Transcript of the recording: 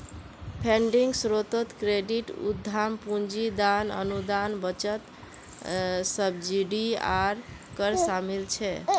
funding स्रोतोत credit, उद्दाम पूंजी, दान, अनुदान, बचत, सब्सिडी आर कर शामिल छे